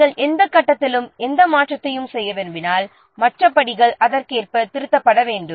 நாம் எந்த கட்டத்திலும் எந்த மாற்றத்தையும் செய்ய விரும்பினால் மற்ற படிகள் அதற்கேற்ப திருத்தப்பட வேண்டும்